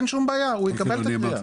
אין שום בעיה הוא יקבל את הקריאה.